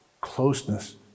closeness